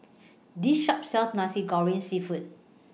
This Shop sells Nasi Goreng Seafood